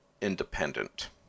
independent